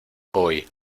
hoy